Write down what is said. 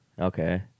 Okay